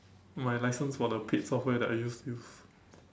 my license for the paid software that I used to use